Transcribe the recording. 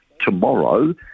tomorrow